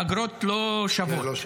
האגרות לא שוות.